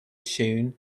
tune